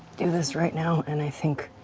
do this right now, and i think